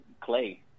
clay